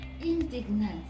indignant